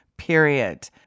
period